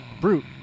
Brute